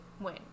win